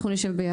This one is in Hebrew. אנחנו נשב ביחד.